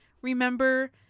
remember